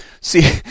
See